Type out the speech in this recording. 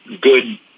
good